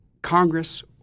Congress